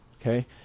Okay